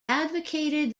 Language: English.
advocated